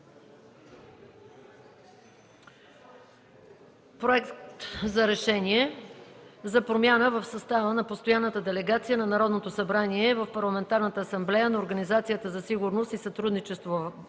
„Проект! РЕШЕНИЕ за промяна в състава на Постоянната делегация на Народното събрание в Парламентарната асамблея на Организацията за сигурност и сътрудничество